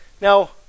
Now